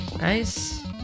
Nice